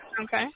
Okay